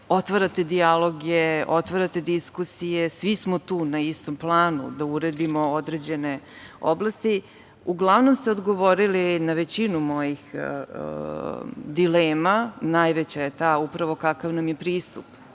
otvarate dijaloge, otvarate diskusije. Svi smo tu na istom planu, da uredimo određene oblasti. Uglavnom ste odgovorili na većinu mojih dilema, a najveća je ta upravo kakav nam je pristup,